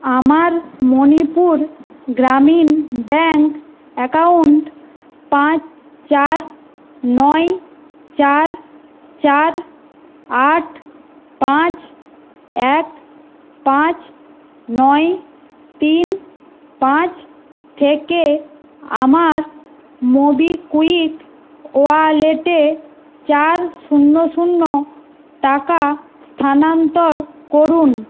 আমার মণিপুর গ্রামীণ bank account পাঁচ চার নয় চার চার আট পাঁচ এক পাঁচ নয় তিন পাঁচ থেকে আমার মোবিকুইক ওয়ালেটে চার শূন্য শূন্য টাকা স্থানান্তর করুন